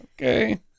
Okay